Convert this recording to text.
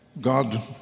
God